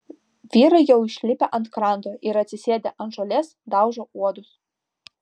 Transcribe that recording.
vyrai jau išlipę ant kranto ir atsisėdę ant žolės daužo uodus